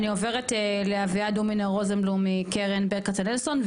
אני עוברת לאביעד הומינר רוזנבלום מקרן ברל כצנלסון,